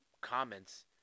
comments